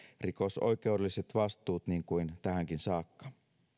rikosoikeudelliset vastuut niin kuin tähänkin saakka